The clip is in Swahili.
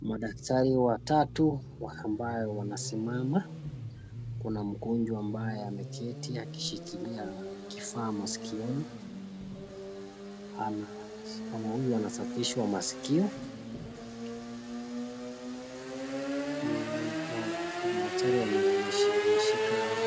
Madaktari watatu ambao wanasimama. Kuna mgonjwa ambayo ameketi akishikilia kifaa maskioni, mama huyu anasafishwa maskio. Madaktari wameshika